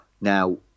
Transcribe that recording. Now